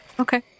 Okay